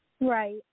Right